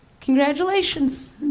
Congratulations